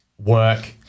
work